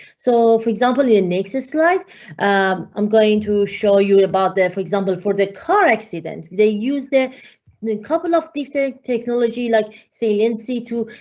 so for example, the and next slide i'm going to show you about, for example for the car accident they use the the couple of different technology like saliency too.